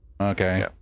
Okay